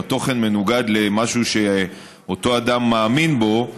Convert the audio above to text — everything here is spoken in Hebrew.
או שהתוכן מנוגד למשהו שאותו אדם מאמין בו,